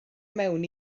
mewn